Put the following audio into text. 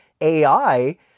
AI